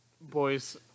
boys